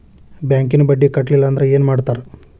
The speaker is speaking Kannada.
ಬ್ಯಾಂಕಿನ ಬಡ್ಡಿ ಕಟ್ಟಲಿಲ್ಲ ಅಂದ್ರೆ ಏನ್ ಮಾಡ್ತಾರ?